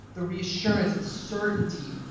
the reassurance, the certainty.